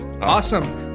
Awesome